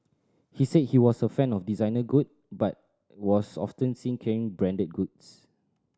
he said she was a fan of designer good but was often seen carrying branded goods